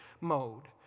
mode